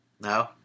No